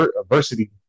adversity